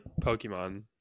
Pokemon